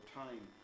time